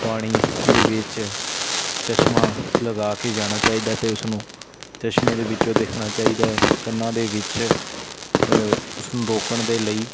ਪਾਣੀ ਦੇ ਵਿੱਚ ਚਸ਼ਮਾ ਲਗਾ ਕੇ ਜਾਣਾ ਚਾਹੀਦਾ ਅਤੇ ਉਸਨੂੰ ਚਸ਼ਮੇ ਦੇ ਵਿੱਚੋਂ ਦਿਖਣਾ ਚਾਹੀਦਾ ਕੰਨਾਂ ਦੇ ਵਿੱਚ ਉਸ ਨੂੰ ਰੋਕਣ ਦੇ ਲਈ